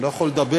אני לא יכול לדבר,